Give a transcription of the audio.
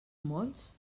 molts